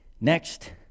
Next